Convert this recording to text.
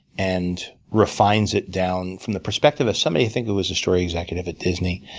and refines it down from the perspective of somebody i think it was a story executive at disney.